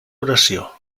oració